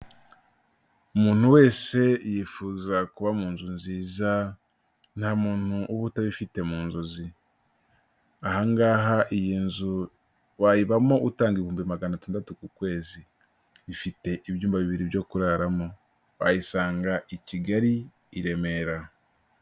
Umuntu wese yifuza kuba mu nzu nziza, nta muntu uba utabifite mu nzozi, ahangaha iyi nzu wayibamo utanga ibihumbi magana atandatu ku kwezi, ifite ibyumba bibiri byo kuraramo wayisanga Kigali i Remera.